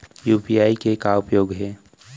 UPI के का उपयोग हे?